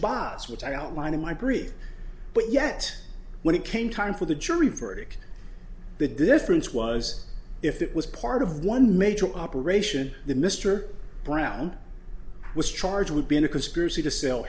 box which i outlined in my brief but yet when it came time for the jury verdict the difference was if it was part of one major operation the mr brown was charged with being a conspiracy to sell